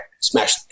smash